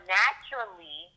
naturally